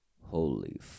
Holy